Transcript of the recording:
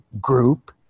group